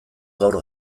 gaur